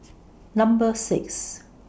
Number six